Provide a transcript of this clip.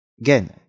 Again